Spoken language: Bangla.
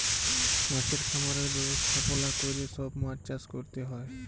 মাছের খামারের ব্যবস্থাপলা ক্যরে সব মাছ চাষ ক্যরতে হ্যয়